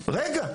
צריך לראות למה,